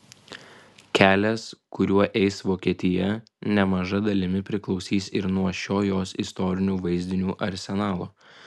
kelias kuriuo eis vokietija nemaža dalimi priklausys ir nuo šio jos istorinių vaizdinių arsenalo